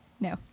no